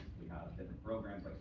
different programs,